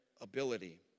ability